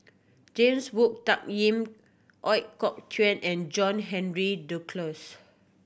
James Wong Tuck Yim Ooi Kok Chuen and John Henry Duclos